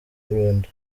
burundu